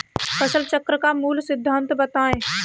फसल चक्र का मूल सिद्धांत बताएँ?